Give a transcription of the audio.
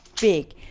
big